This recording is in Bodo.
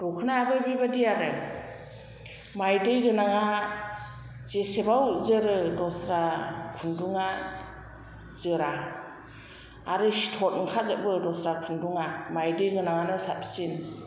दखनायाबो बिबादि आरो मायदि गोनाङा जेसेबां जोरो दस्रा खुन्दुंआ जोरा आरो सिथर ओंखारजोबो दस्रा खुन्दुंआ मायदि गोनांआनो साबसिन